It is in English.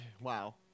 Wow